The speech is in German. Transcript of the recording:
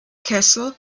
kessel